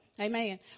Amen